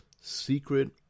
secret